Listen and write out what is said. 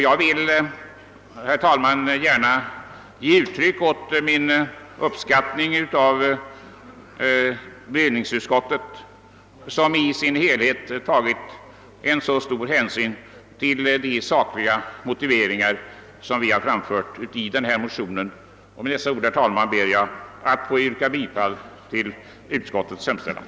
Jag vill gärna, herr talman, ge uttryck åt min uppskattning av att bevillningsutskottet i dess helhet tagit så stor hänsyn till de sakliga motiveringar som vi framfört i vår motion. Med det anförda ber jag att få yrka bifall till utskottets hemställan.